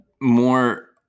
more